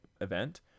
event